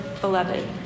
beloved